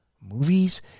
movies